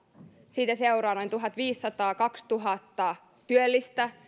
siitä seuraa noin tuhatviisisataa viiva kaksituhatta työllistä